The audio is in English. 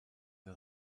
the